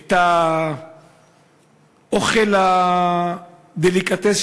את האוכל הדליקטס,